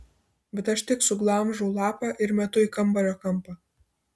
bet aš tik suglamžau lapą ir metu į kambario kampą